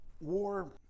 war